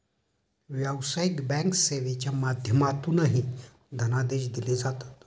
व्यावसायिक बँक सेवेच्या माध्यमातूनही धनादेश दिले जातात